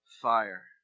fire